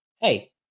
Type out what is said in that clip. hey